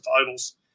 titles